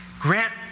Grant